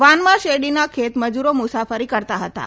વાનમાં શેરડીના ખેત મજૂરો મુસાફરી કરતાં હતાં